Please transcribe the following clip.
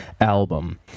album